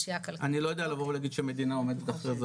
אני לא יודע לבוא ולהגיד שמדינה עומדת אחרי זה,